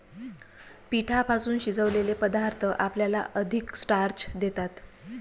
पिठापासून शिजवलेले पदार्थ आपल्याला अधिक स्टार्च देतात